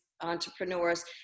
entrepreneurs